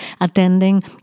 attending